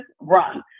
run